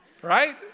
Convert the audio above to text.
right